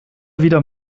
wieder